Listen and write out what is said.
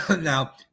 Now